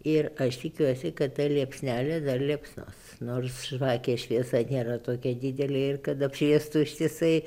ir aš tikiuosi kad ta liepsnelė dar liepsnos nors žvakės šviesa nėra tokia didelė ir kad apšviestų ištisai